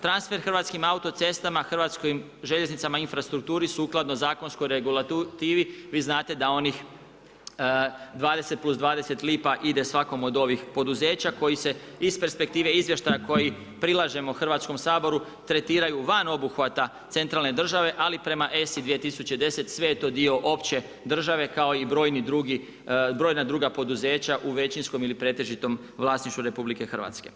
Transfer hrvatskim autocestama, hrvatskim željeznicama, infrastrukturi, sukladno zakonskoj regulativi, vi znate da onih 20+20 lipa ide svakom od ovih poduzeća koji se iz perspektive izvještaja koji prilažemo Hrvatskom saboru tretiraju van obuhvata centralne države ali prema ESI 2010, sve je to dio opće države kao i brojna druga poduzeća u većinskom ili pretežitom vlasništvu RH.